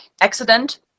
accident